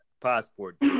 passport